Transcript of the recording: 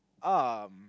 um